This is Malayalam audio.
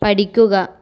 പഠിക്കുക